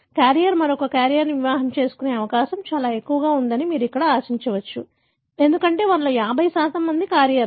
carrier మరొక క్యారియర్ని వివాహం చేసుకునే అవకాశం చాలా ఎక్కువగా ఉందని మీరు ఇక్కడ ఆశించవచ్చు ఎందుకంటే వారిలో 50 మంది క్యారియర్లు